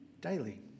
daily